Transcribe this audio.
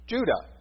Judah